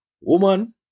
Woman